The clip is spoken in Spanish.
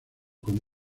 con